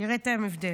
תראה את ההבדל.